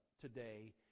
today